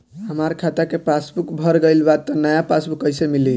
हमार खाता के पासबूक भर गएल बा त नया पासबूक कइसे मिली?